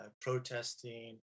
protesting